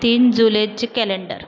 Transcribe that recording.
तीन जुलेचे कॅलेंडर